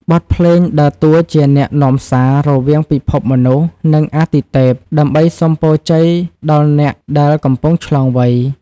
បទភ្លេងដើរតួជាអ្នកនាំសាររវាងពិភពមនុស្ស និងអាទិទេព ដើម្បីសុំពរជ័យដល់អ្នកដែលកំពុងឆ្លងវ័យ។